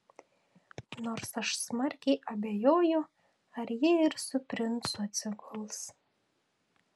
nors aš smarkiai abejoju ar ji ir su princu atsiguls